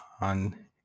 on